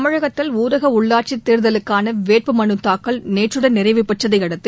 தமிழகத்தில் ஊரக உள்ளாட்சித் தேர்தலுக்கான வேட்பு மனு தாக்கல் நேற்றுடன் நிறைவடைந்ததையடுத்து